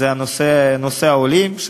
זה נושא העולים.